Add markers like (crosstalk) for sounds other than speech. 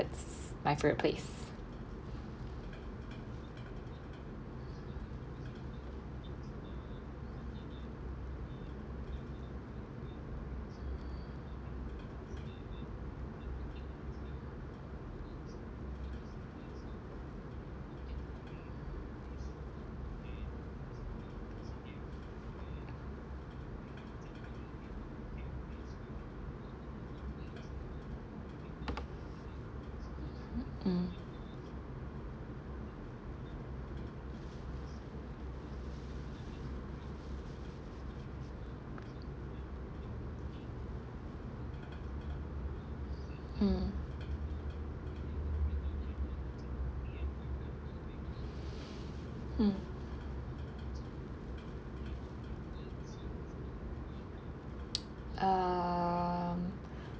that's my favourite place mm mm mm (noise) um